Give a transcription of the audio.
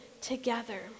together